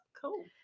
Cool